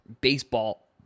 baseball